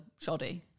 shoddy